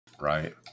Right